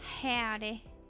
Howdy